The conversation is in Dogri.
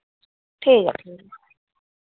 ठीक ऐ ठीक ऐ